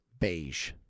beige